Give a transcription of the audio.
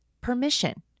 permission